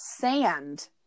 sand